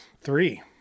Three